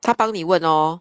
他帮你问 lor